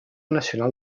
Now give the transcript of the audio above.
nacional